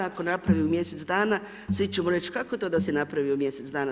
Ako napravi u mjesec dana, svi ćemo reći, kako to da i napravio u mjesec dana.